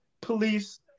police